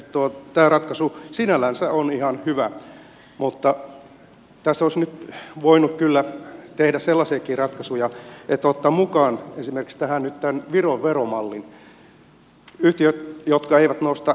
tämä ratkaisu sinällänsä on ihan hyvä mutta tässä olisi nyt voinut kyllä tehdä sellaisiakin ratkaisuja että olisi voitu ottaa mukaan tähän esimerkiksi tämä viron veromalli